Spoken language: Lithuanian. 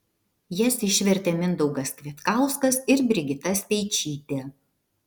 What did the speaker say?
jas išvertė mindaugas kvietkauskas ir brigita speičytė